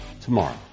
tomorrow